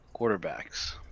quarterbacks